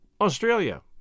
Australia